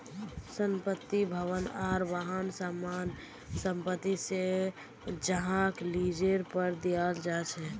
संपत्ति, भवन आर वाहन सामान्य संपत्ति छे जहाक लीजेर पर दियाल जा छे